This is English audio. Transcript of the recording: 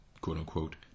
quote-unquote